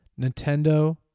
Nintendo